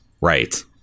Right